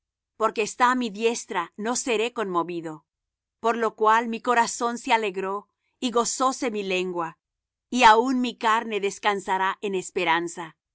porque está á mi diestra no seré conmovido por lo cual mi corazón se alegró y gozóse mi lengua y aun mi carne descansará en esperanza